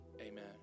Amen